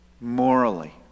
morally